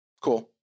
cool